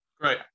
Great